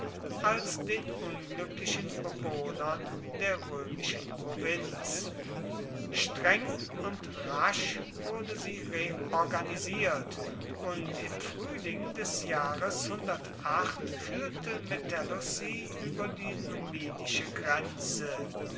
als den unglücklichen bewohnern der römischen provinz streng und rasch wurde sie reorganisiert und im frühling des jahres führte metellus sie über die numidische grenze